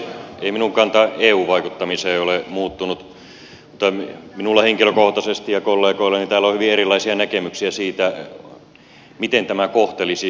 ei minun kantani euhun vaikuttamiseen ole muuttunut mutta minulla henkilökohtaisesti ja kollegoillani täällä on hyvin erilaisia näkemyksiä siitä miten tämä kohtelisi suomea